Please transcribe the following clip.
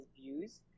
views